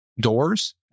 doors